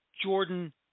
Jordan